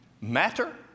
Matter